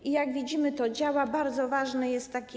I, jak widzimy, to działa, bardzo ważny jest taki.